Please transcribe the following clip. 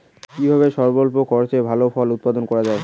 কিভাবে স্বল্প খরচে ভালো ফল উৎপাদন করা যায়?